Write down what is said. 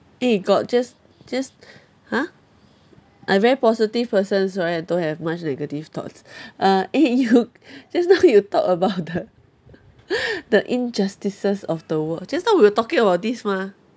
eh got just just !huh! I very positive person so I don't have much negative thoughts uh eh you just now you talk about the the injustices of the world just now we were talking about this mah